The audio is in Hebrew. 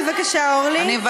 בבקשה, אורלי.